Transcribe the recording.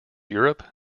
europe